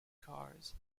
cars